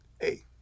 hey